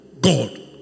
God